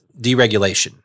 deregulation